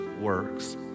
works